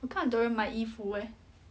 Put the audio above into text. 我看很多人买衣服耶